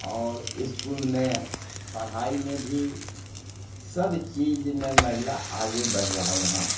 आओर इसकुलमे पढ़ाइमे भी सब चीजमे महिला आगे बढ़ि रहल हन